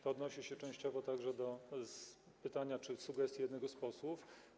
To odnosi się częściowo także do pytania czy sugestii jednego z posłów.